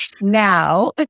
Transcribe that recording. now